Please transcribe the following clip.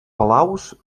palaus